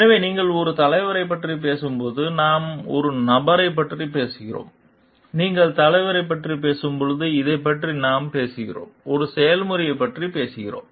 எனவே நீங்கள் ஒரு தலைவரைப் பற்றி பேசும்போது நாம் ஒரு நபரைப் பற்றி பேசுகிறோம் நீங்கள் தலைமையைப் பற்றி பேசும்போது இதைப் பற்றி நாம் பேசுகிறோம் ஒரு செயல்முறையைப் பற்றி பேசுகிறோம்